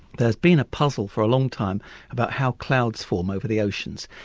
there's been a puzzle for a long time about how clouds form over the oceans,